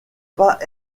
pas